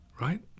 right